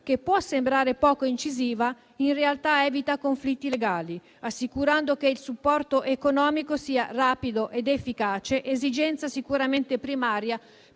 che può sembrare poco incisiva, in realtà evita conflitti legali, assicurando che il supporto economico sia rapido ed efficace. Questa è un'esigenza sicuramente primaria